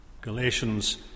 Galatians